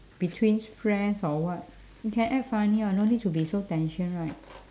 between friends or what you can act funny [what] no need to be so tension right